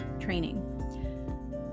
training